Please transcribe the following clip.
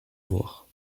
voir